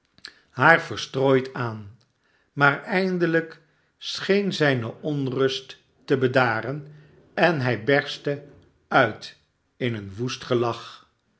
haar verstrooid aan maar eindelijk scheen zijne onrust te bedaren en hij berstte uit in een woest gelach